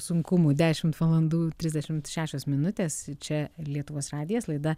sunkumų dešimt valandų trisdešim šešios minutės čia lietuvos radijas laida